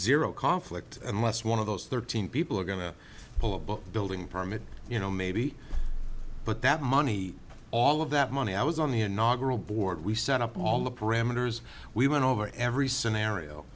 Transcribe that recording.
zero conflict unless one of those thirteen people are going to pull up a building permit you know maybe but that money all of that money i was on the inaugural board we set up all the parameters we went over every scenario